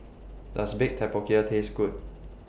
Does Baked Tapioca Taste Good